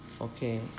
Okay